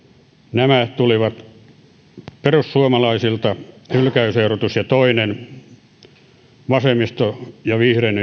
nämä tulivat perussuomalaisilta hylkäysehdotus ja toinen on vasemmiston ja vihreiden